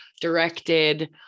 directed